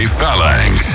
Phalanx